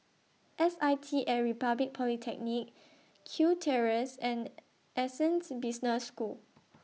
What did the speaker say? S I T At Republic Polytechnic Kew Terrace and Business School